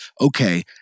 okay